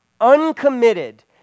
uncommitted